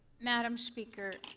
madam speaker,